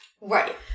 Right